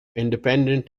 independent